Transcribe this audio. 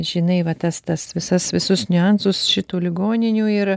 žinai va tas tas visas visus niuansus šitų ligoninių ir